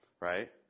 right